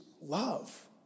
love